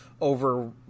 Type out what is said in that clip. over